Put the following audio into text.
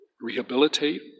rehabilitate